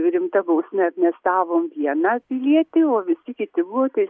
rimta bausme amnestavom vieną pilietį o visi kiti buvo tai